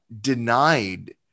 denied